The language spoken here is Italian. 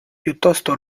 piuttosto